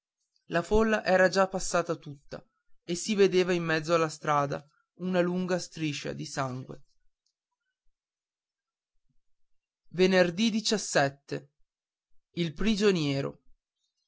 la folla era già passata tutta e si vedeva in mezzo alla strada una lunga striscia di sangue il prigioniero